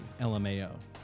LMAO